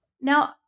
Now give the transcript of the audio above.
Now